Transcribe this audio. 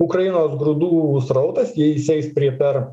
ukrainos grūdų srautas jis eis pri per